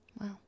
wow